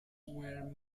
were